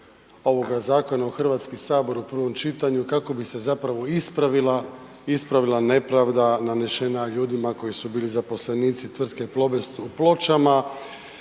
ovoga zakona u HS u prvom čitanju kako bi se zapravo ispravila nepravda nanesena ljudima koji su bili zaposlenici tvrtke Plobest u Pločama